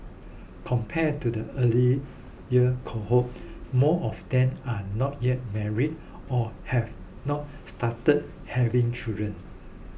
compared to the earlier cohort more of them are not yet married or have not started having children